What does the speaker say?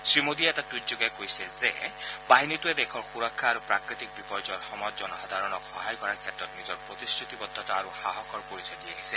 শ্ৰীমোদীয়ে এটা টুইটযোগে কয় যে বাহিনীটোৱে দেশৰ সুৰক্ষা আৰু প্ৰাকৃতিক বিপৰ্যয়ৰ সময়ত জনসাধাৰণক সহায় কৰাৰ ক্ষেত্ৰত নিজৰ প্ৰতিশ্ৰুতিবদ্ধতা আৰু সাহসৰ পৰিচয় দি আহিছে